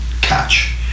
catch